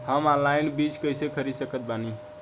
हम ऑनलाइन बीज कइसे खरीद सकत बानी?